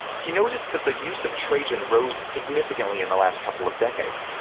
he noticed that the use of trajan rose significantly in the last couple of decades.